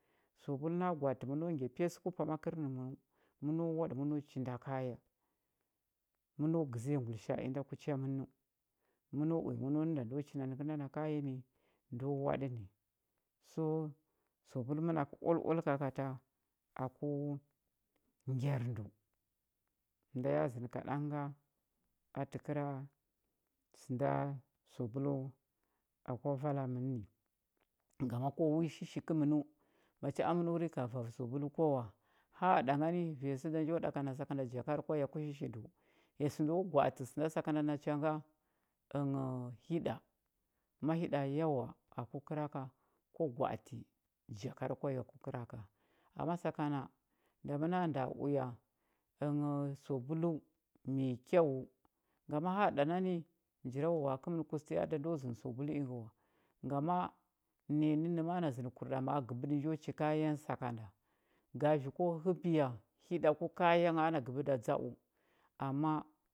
Sabul na gwa atə məno ngya pes ku pama kərnəmənəu məno waɗə məno chinda kaya məno gəziya ngulisha a inda ku cha mənəu məno uya məno nə nda ndo chinda nəkənda na kaya ni ndo waɗə ni so sabul mənakə oaloalə kakata aku ngyar ndəu sə nda ya zəndə kaɗang nga a təkəra sə nda sabulu a kwa vala mən ni ngama ko wi shishi kəmənəu macha məno rika vavə sabul kwa wa haaɗa ngani vanya sə da njo ɗaka na sakanda jakarəu kwa yah ku shishi ndəu ya sə ndo gwa atə skanda nda nacha nga ənghəu hiɗa ma hiɗa yawa aku kəra ka kwa gwa atə jakar kwa yah ku kəra ka ama sakana nda məna nda uya ənghəu sabulu mai kyau ngama haaɗa nani njirawawa a kəmən kustanyi a a ndo zəndə sabul ingə wa ngama naya nənnə ma a ana zəndəkur ɗa ma a gəbəɗə́ njo chi kaya nə sakanda gavi ko həbiya hiɗa ku kaya ngha ana gəbəda dza u ama,